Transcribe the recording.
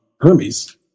Hermes